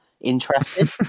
interested